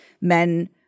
men